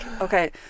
Okay